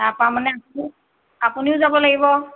তাপা মানে আপুনি আপুনিও যাব লাগিব